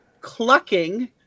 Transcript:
clucking